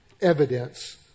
evidence